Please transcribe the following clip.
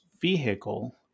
vehicle